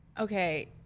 Okay